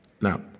Now